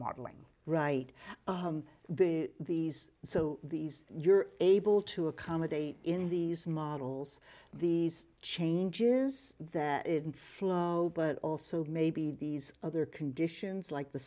modeling right the these so these you're able to accommodate in these models these changes in flow but also maybe these other conditions like the